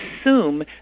assume